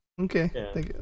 okay